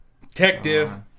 Detective